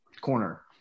corner